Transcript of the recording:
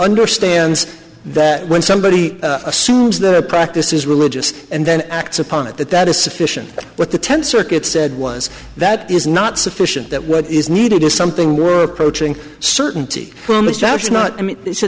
understands that when somebody assumes the practice is religious and then acts upon it that that is sufficient but the tenth circuit said was that is not sufficient that what is needed is something we're approaching certainty